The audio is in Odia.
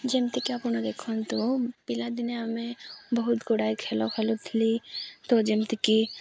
ଯେମିତିକି ଆପଣ ଦେଖନ୍ତୁ ପିଲାଦିନେ ଆମେ ବହୁତ ଗୁଡ଼ାଏ ଖେଳ ଖେଳୁଥିଲି ତ ଯେମିତିକି